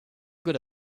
good